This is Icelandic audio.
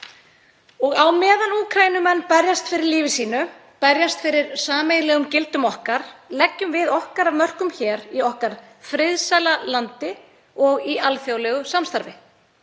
Á meðan Úkraínumenn berjast fyrir lífi sínu og berjast fyrir sameiginlegum gildum okkar leggjum við okkar af mörkum hér í okkar friðsæla landi og í alþjóðlegu samstarfi.